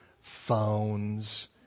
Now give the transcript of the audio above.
phones